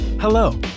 Hello